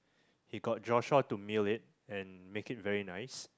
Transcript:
he got Joshua to mill it and make it very nice